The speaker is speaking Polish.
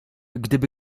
gdyby